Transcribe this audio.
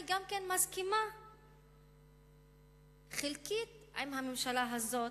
אני כן מסכימה חלקית עם הממשלה הזאת,